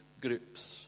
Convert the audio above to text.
groups